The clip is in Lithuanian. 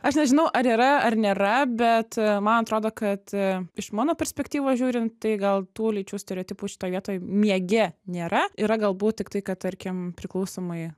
aš nežinau ar yra ar nėra bet man atrodo kad iš mano perspektyvos žiūrint tai gal tų lyčių stereotipų šitoj vietoj miege nėra yra galbūt tik tai kad tarkim priklausomai